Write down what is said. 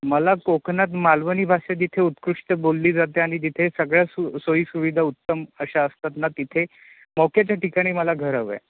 मला कोकणात मालवणी भाषा जिथे उत्कृष्ट बोलली जाते आणि जिथे सगळ्या सु सोयीसुविधा उत्तम अशा असतात ना तिथे मोक्याच्या ठिकाणी मला घर हव आहे